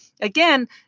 again